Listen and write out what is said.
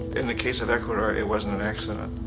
in the case of ecuador it wasn't an accident.